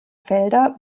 felder